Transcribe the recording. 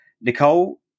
Nicole